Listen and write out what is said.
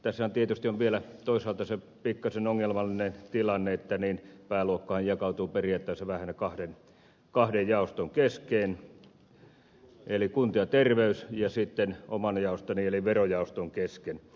tässähän tietysti on vielä toisaalta se pikkasen ongelmallinen tilanne että pääluokkahan jakautuu periaatteessa kahden jaoston kesken eli kunta ja terveysjaoston ja sitten oman jaostoni eli verojaoston kesken